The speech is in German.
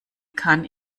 kann